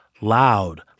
Loud